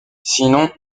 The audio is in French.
sinon